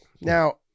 Now